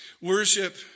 Worship